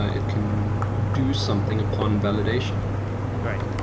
it can do something upon validation right.